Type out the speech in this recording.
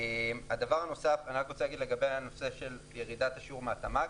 לגבי ירידת השיעור מהתמ"ג